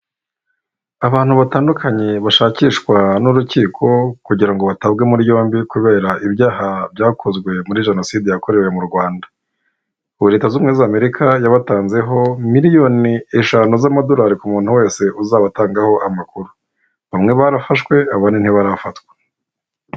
Abantu batandukanye bashakishwa n'urukiko kugira ngo batabwe muri yombi kubera ibyaha byakozwe muri jenoside yakorewe mu Rwanda. Ubu leta z'ubumwe z'amerika yabatanzeho miliyoni eshanu z'amadolari ku muntu wese uzabatangaho amakuru. Bamwe barafashwe abandi ntibarafatwa.